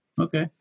Okay